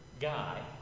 guy